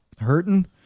hurting